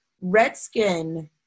Redskin